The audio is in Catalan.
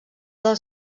del